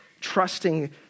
trusting